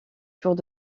jours